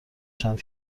چند